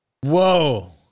Whoa